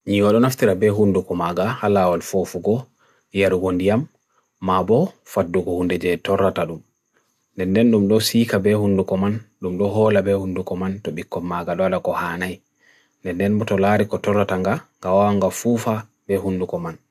Yiyolun aftira be hundukumaga, halawun fofugo, yere hundiyam, mabo faddu kuhunde jay torra talun. Nenden numdo sika be hundukuman, numdo hola be hundukuman, tobikumaga do ala kohanai. Nenden butolari ko torra tanga, gawanga fufa be hundukuman.